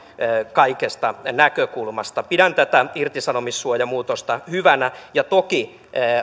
kaikista näkökulmista pidän tätä irtisanomissuojamuutosta hyvänä ja toki